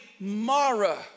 Mara